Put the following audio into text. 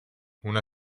una